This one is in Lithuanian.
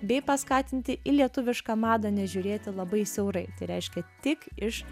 bei paskatinti į lietuvišką madą nežiūrėti labai siaurai tai reiškia tik iš